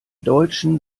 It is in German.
deutschen